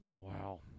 Wow